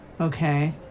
Okay